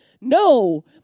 No